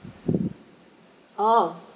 oh